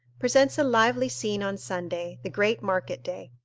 presents a lively scene on sunday, the great market-day.